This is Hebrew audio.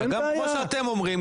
כמו שאתם אומרים,